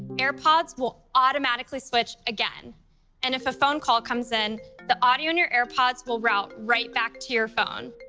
airpods will automatically switch again. ringing and if a phone call comes in, the audio in your airpods will route right back to your phone.